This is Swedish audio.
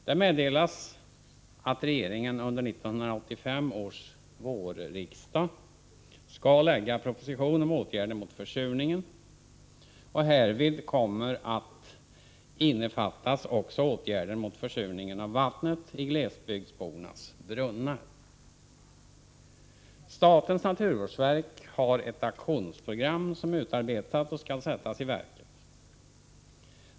Det meddelas att regeringen under 1985 års vårriksdag skall framlägga proposition om åtgärder mot försurningen och att också åtgärder mot försurningen av vattnet i glesbygdsbornas brunnar kommer att innefattas. Statens naturvårdsverk har utarbetat ett aktionsprogram, som skall sättas i verket.